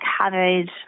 covered